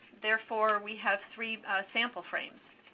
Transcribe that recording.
therefore we have three sample frames.